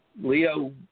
Leo